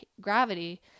gravity